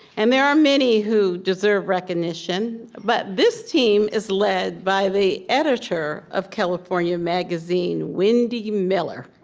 and there are many who deserve recognition. but this team is led by the editor of california magazine, wendy miller.